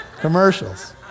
commercials